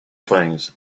things